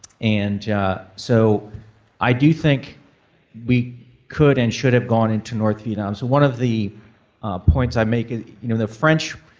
and so i do think we could and should have gone into north vietnam. so one of the points i make, you know the french